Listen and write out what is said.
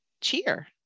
cheer